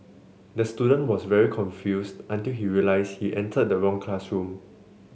the student was very confused until he realise he entered the wrong classroom